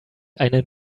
einen